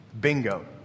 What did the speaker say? Bingo